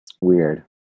weird